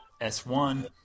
S1